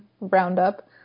Roundup